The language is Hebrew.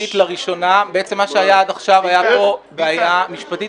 לראשונה בעצם עד עכשיו הייתה בעיה משפטית